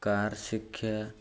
car ଶିକ୍ଷା